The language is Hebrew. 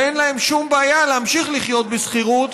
ואין להם שום בעיה להמשיך לחיות בשכירות,